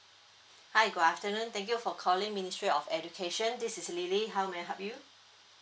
hi good afternoon thank you for calling ministry of education this is lily how may I help you